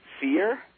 fear